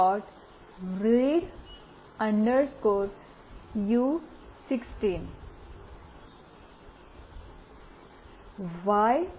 read યુ16 Y